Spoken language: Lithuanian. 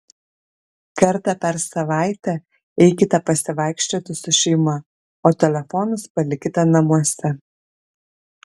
kartą per savaitę eikite pasivaikščioti su šeima o telefonus palikite namuose